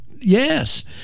yes